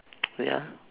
ya